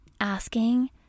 asking